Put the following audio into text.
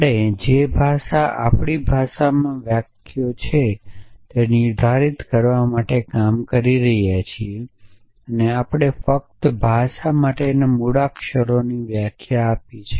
આપણે જે ભાષા આપણી ભાષામાં વાક્યો છે તે નિર્ધારિત કરવા માટે કામ કરી રહ્યા છીએ આપણે ફક્ત ભાષા માટેના મૂળાક્ષરોની વ્યાખ્યા આપી છે